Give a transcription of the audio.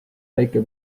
väike